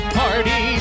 party